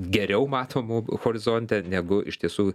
geriau matomų horizonte negu iš tiesų